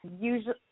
usually